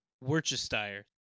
Worcestershire